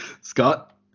Scott